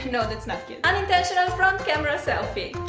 no that's not cute, unintentional front camera selfie,